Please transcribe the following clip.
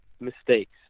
mistakes